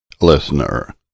Listener